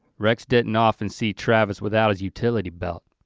rex didn't often see travis without his utility belt,